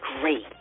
great